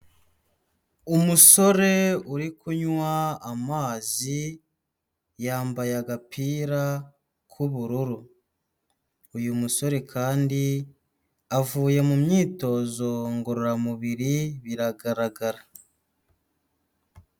Umusore uri kunywa amazi yambaye agapira k'ubururu, uyu musore kandi avuye mu myitozo ngororamubiri biragaragara.